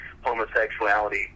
homosexuality